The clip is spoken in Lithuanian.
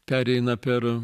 pereina per